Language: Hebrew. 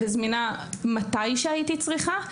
וזמינה מתי שהייתי צריכה,